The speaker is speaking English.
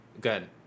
Good